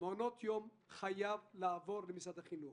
מעונות יום חייב לעבור למשרד החינוך.